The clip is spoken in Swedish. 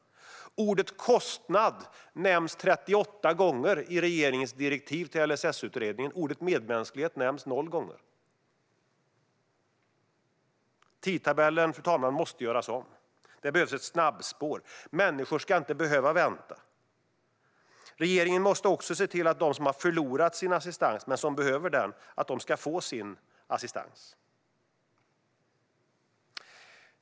Ordet "kostnad" nämns 38 gånger i regeringens direktiv till LSS-utredningen. Ordet "medmänsklighet" nämns noll gånger. Fru talman! Tidtabellen måste göras om. Det behövs ett snabbspår. Människor ska inte behöva vänta. Regeringen måste också se till att de som har förlorat sin assistans, men som behöver den, ska få sin assistans.